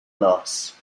loss